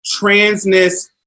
transness